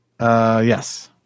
Yes